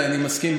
אני מסכים,